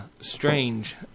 strange